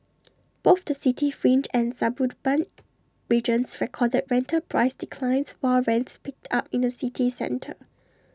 both the city fringe and suburban regions recorded rental price declines while rents picked up in the city centre